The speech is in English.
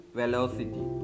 velocity